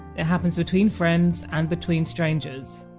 it happens between friends, and between strangers.